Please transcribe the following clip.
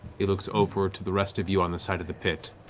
he looks over to the rest of you on the side of the pit.